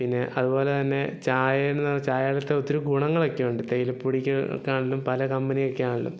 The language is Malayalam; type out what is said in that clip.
പിന്നെ അതുപോലെ തന്നെ ചായ എന്ന് ചായയിലത്തെ ഒത്തിരി ഗുണങ്ങൾ ഒക്കെയുണ്ട് തേയിലപ്പൊടിക്കാണെങ്കിലും പല കമ്പനി ഒക്കെ ആണെങ്കിലും